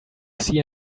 sea